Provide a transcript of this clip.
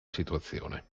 situazione